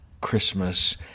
Christmas